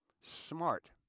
Smart